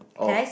oh